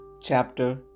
chapter